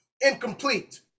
incomplete